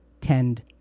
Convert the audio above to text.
tend